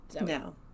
No